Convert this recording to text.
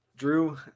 Drew